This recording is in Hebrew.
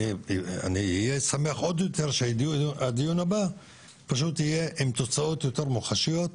ואני אהיה שמח עוד יותר שהדיון הבא פשוט יהיה עם תוצאות יותר מוחשיות.